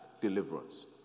Deliverance